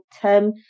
term